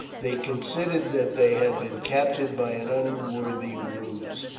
they considered that they had been captured by an unworthy ruse,